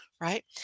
right